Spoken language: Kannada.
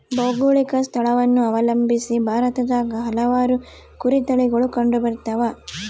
ಭೌಗೋಳಿಕ ಸ್ಥಳವನ್ನು ಅವಲಂಬಿಸಿ ಭಾರತದಾಗ ಹಲವಾರು ಕುರಿ ತಳಿಗಳು ಕಂಡುಬರ್ತವ